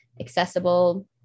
accessible